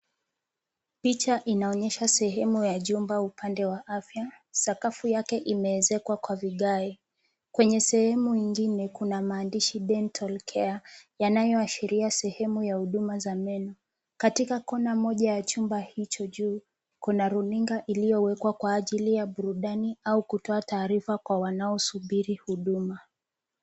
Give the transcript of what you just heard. Picha inaonyesha sehemu ya chumba upande wa afya. Sakafu yake imeezekwa kwa vigae .Kwenye sehemu nyingine kuna maandishi Dental Care yanayoashiria sehemu ya huduma za meno . Katika kona moja ya chumba hicho juu, kuna runinga iliyowekwa kwa ajili ya burudani au kutoa taarifa kwa wanaosubiri huduma.